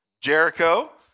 Jericho